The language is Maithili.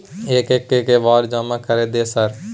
एक एक के बारे जमा कर दे सर?